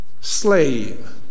slave